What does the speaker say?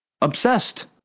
Obsessed